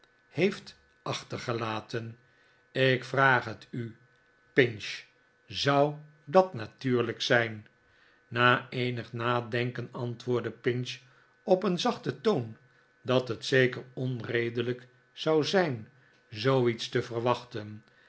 heeft achtergelaten ik vraag het u pinch zou dat natuurlijk zijn na eenig nadenken antwoordde pinch op een zachten toon dat het zeker onredelijk zou zijn zooiets te verwachten